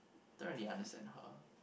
don't really understand her